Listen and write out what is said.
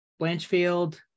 Blanchfield